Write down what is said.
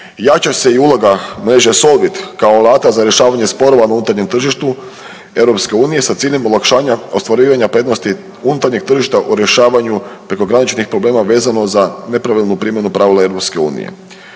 jača se i uloga mreže Solvit, kao alata za rješavanje sporova na unutarnjem tržištu Europske unije sa ciljem olakšanja ostvarivanja prednosti unutarnjeg tržišta o rješavanju prekograničnih problema vezano za nepravilnu primjenu pravila